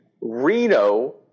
Reno